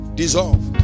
dissolve